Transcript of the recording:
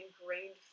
ingrained